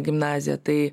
gimnaziją tai